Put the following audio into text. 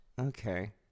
Okay